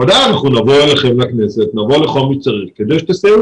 ודאי שאנחנו נבוא אליכם לכנסת ונבוא לכל מי שצריך כדי שתסייעו